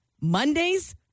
Mondays